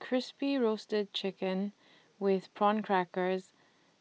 Crispy Roasted Chicken with Prawn Crackers